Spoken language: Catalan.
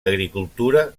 agricultura